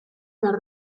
behar